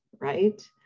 right